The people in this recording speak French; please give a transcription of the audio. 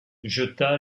jeta